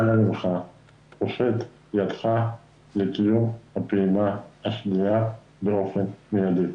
הושט ידך לקיום הפעימה השנייה באופן מידי.